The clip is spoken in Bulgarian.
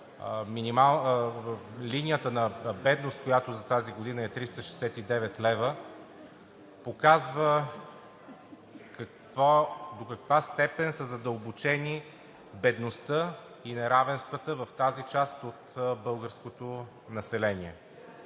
линията на бедност, която за тази година е 369 лв., показва до каква степен са задълбочени бедността и неравенствата в тази част от българското население,